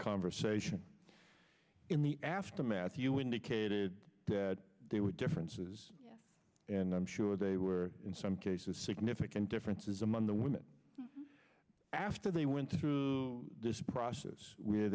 conversation in the aftermath you indicated that there were differences and i'm sure they were in some cases significant differences among the women after they went through this process where